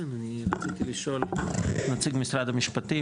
רציתי לשאול את נציג משרד המשפטים,